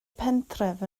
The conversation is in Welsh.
pentref